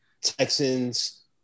Texans